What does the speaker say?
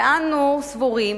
אנו סבורים